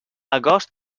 agost